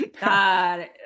God